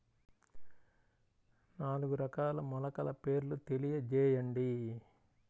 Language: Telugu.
నాలుగు రకాల మొలకల పేర్లు తెలియజేయండి?